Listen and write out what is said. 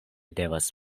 devas